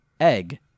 egg